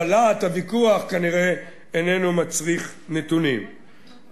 אבל להט הוויכוח כנראה איננו מצריך נתונים,